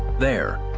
there,